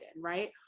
right